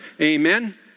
Amen